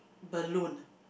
balloon